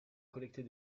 collecter